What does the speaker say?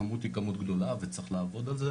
הכמות היא כמות גדולה וצריך לעבוד על זה